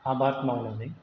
आबाद मावनानै